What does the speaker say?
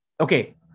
Okay